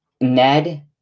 ned